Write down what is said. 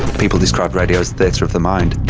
people describe radio as theatre of the mind,